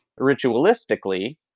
ritualistically